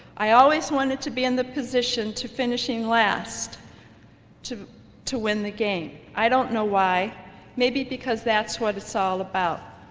i always wanted to be in the position to finishing last to to win the game. i don't know why maybe because that's what it's all about,